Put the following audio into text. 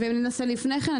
וננסה לפני כן.